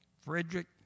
Frederick